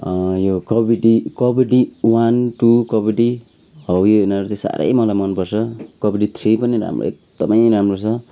यो kabaddi kabaddi one two kabaddi हो यो यिनीहरू चाहिँ साह्रै मलाई मनपर्छ कब्बडी थ्री पनि राम्रो एकदमै राम्रो छ